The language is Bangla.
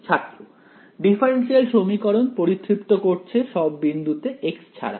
ছাত্র ডিফারেন্সিয়াল সমীকরণ পরিতৃপ্ত করছে সব বিন্দুতে x ছাড়া